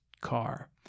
car